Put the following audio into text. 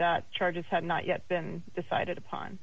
that charges had not yet been decided upon